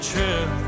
True